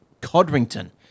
Codrington